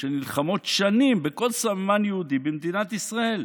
שנלחמות שנים בכל סממן יהודי במדינת ישראל,